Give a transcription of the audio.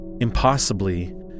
impossibly